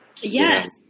Yes